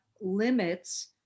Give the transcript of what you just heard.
limits